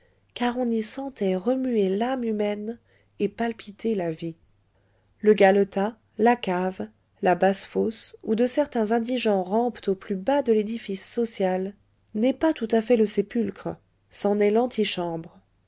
car on y sentait remuer l'âme humaine et palpiter la vie le galetas la cave la basse-fosse où de certains indigents rampent au plus bas de l'édifice social n'est pas tout à fait le sépulcre c'en est l'antichambre